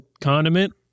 condiment